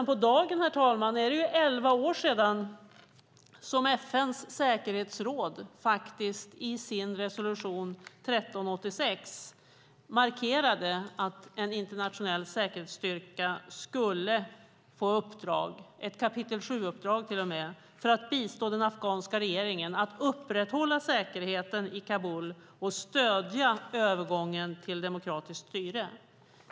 Nu är det nästan på dagen elva år sedan FN:s säkerhetsråd i sin resolution 1386 markerade att en internationell säkerhetsstyrka skulle få ett kapitel 7-uppdrag för att bistå den afghanska regeringen i att upprätthålla säkerheten i Kabul och stödja övergången till demokratiskt styre.